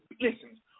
Listen